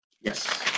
Yes